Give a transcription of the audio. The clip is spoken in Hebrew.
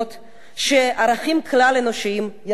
שערכים כלל-אנושיים יקרים להם.